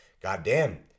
Goddamn